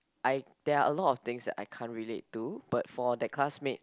I there are a lot of things that I can't relate to but for that classmate